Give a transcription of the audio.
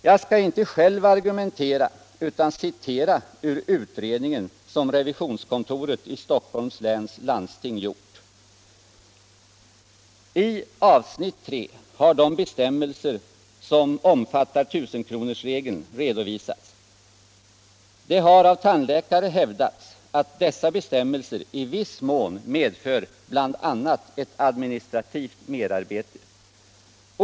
Jag skall inte själv argumentera, utan citerar ur den utredning som revisionskontoret i Stockholms läns landsting gjort: ”I avsnitt 3 har de bestämmelser som omfattar ”1 000-kronorsregeln” redovisats. Det har av tandläkare hävdats att dessa bestämmelser i viss mån medför bl a ett administrativt merarbete.